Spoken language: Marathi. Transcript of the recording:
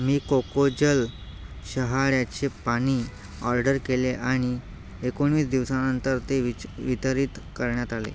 मी कोकोजल शहाळ्याचे पाणी ऑर्डर केले आणि एकोणवीस दिवसानंतर ते विच वितरीत करण्यात आले